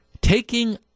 Taking